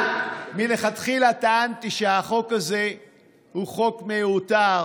אבל מלכתחילה טענתי שהחוק הזה הוא חוק מיותר,